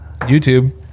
YouTube